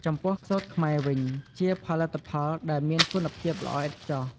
ចំពោះសូត្រខ្មែរវិញ ជាផលិតផលដែលមានគុណភាពល្អឥតខ្ចោះ។